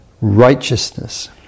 righteousness